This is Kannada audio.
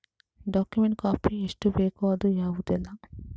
ಡಾಕ್ಯುಮೆಂಟ್ ಕಾಪಿ ಎಷ್ಟು ಬೇಕು ಅದು ಯಾವುದೆಲ್ಲ?